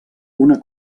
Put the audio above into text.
una